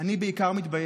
אני בעיקר מתבייש.